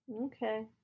okay